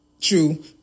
True